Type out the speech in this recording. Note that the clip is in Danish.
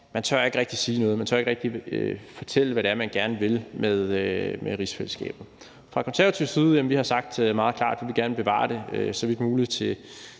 man ikke rigtig tør sige noget. Man tør ikke rigtig fortælle, hvad det er, man gerne vil med rigsfællesskabet. Fra Konservatives side har vi sagt meget klart, at vi gerne vil bevare det så vidt muligt i